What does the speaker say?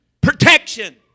Protection